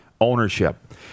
Ownership